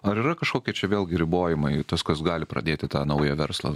ar yra kažkokie čia vėlgi ribojimai tas kas gali pradėti tą naują verslą